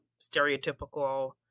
stereotypical